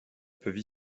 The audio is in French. peuvent